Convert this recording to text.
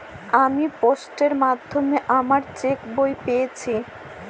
আমি পোস্টের মাধ্যমে আমার চেক বই পেয়েছি